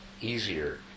easier